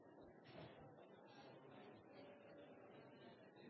desember